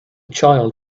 child